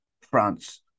France